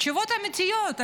תשובות אמיתיות,